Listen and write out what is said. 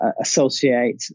associate